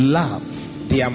love